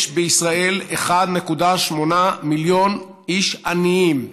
יש בישראל 1.8 מיליון איש עניים,